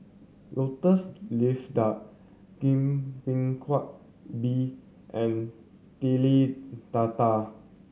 Lotus Leaf Duck bingka and Telur Dadah